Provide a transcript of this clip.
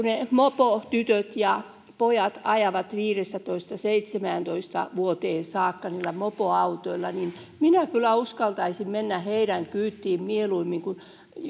ne mopotytöt ja pojat ajavat viisitoista vuotiaasta seitsemäntoista vuotiaaksi saakka niillä mopoautoilla mutta minä kyllä uskaltaisin mennä heidän kyytiinsä mieluummin kuin